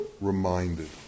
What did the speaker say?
reminded